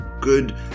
good